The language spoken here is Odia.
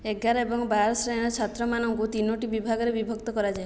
ଏଗାର ଏବଂ ବାର ଶ୍ରେଣୀର ଛାତ୍ରମାନଙ୍କୁ ତିନୋଟି ବିଭାଗରେ ବିଭକ୍ତ କରାଯାଏ